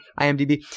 IMDB